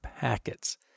packets